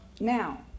Now